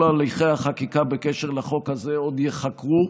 כל הליכי החקיקה בקשר לחוק הזה עוד ייחקרו,